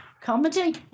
comedy